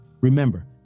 Remember